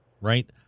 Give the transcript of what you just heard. right